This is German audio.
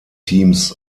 teams